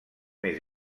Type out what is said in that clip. més